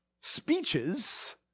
speeches